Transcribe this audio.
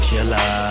Killer